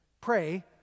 Pray